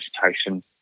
vegetation